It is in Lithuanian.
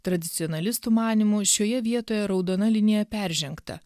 tradicionalistų manymu šioje vietoje raudona linija peržengta